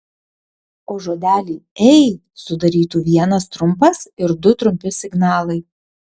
o žodelį ei sudarytų vienas trumpas ir du trumpi signalai